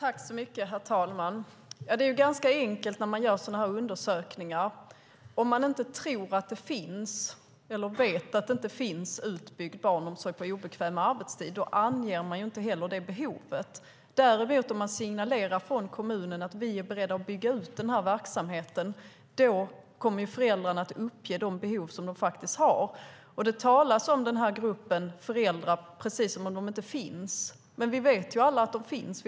Herr talman! Det är enkelt att göra sådana undersökningar. Om man inte tror att barnomsorg finns, eller vet att det inte finns utbyggd barnomsorg på obekväm arbetstid, anger man inte heller det behovet. Om kommunen däremot signalerar att kommunen är beredd att bygga ut verksamheten kommer föräldrarna att uppge de behov de faktiskt har. Det talas om gruppen föräldrar som om de inte finns. Men vi vet alla att de finns.